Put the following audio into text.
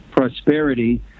prosperity